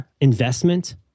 investment